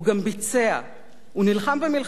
הוא נלחם במלחמות והוא עשה שלום,